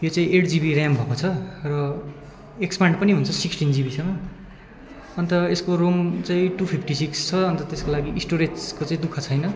यो चाहिँ eight GB RAM भएको छ र एक्सप्यान्ड पनि हुन्छ सिक्सटिन जिबीसम्म अन्त यसको रोम चाहिँ टु फिफ्टी सिक्स छ अन्त त्यसको लागि स्टोरेजको लागि चाहिँ दुःख छैन